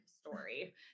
story